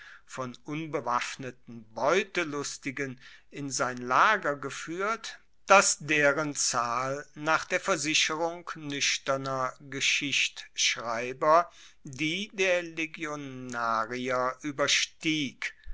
von unbewaffneten beutelustigen in sein lager gefuehrt dass deren zahl nach der versicherung nuechterner geschichtschreiber die der